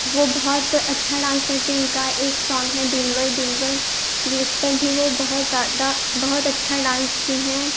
वो बहुत अच्छा डांस करती उनका एक सोंग है दिलबर दिलबर यह इस पर भी वह बहुत ज़्यादा बहुत अच्छा डांस की हैं